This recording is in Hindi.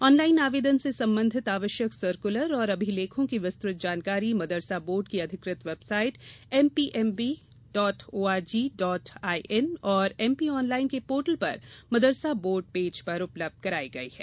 ऑनलाइन आवेदन से संबंधित आवश्यक सर्कलर और अभिलेखों की विस्तुत जानकारी मदरसा बोर्ड की अधिकृत बेवसाइट उचउइवतहपद और एमपी ऑनलाइन के पोर्टल पर मदरसा बोर्ड पेज पर उपलब्ध कराई गई है